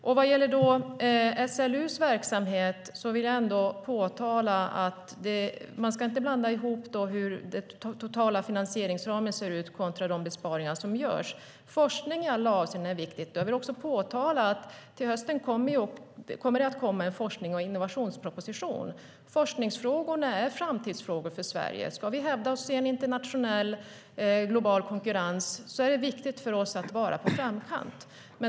När det gäller SLU:s verksamhet vill jag framhålla att man inte ska blanda ihop hur den totala finansieringsramen ser ut och de besparingar som görs. Forskning i alla avseenden är viktig. Till hösten kommer också en forsknings och innovationsproposition. Forskningsfrågorna är framtidsfrågor för Sverige. Ska vi hävda oss i en internationell, global konkurrens är det viktigt för oss att vara i framkant.